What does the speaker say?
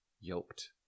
yoked